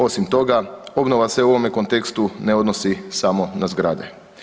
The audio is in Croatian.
Osim toga, obnova se u ovome kontekstu ne odnosi samo na zgrade.